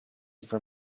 from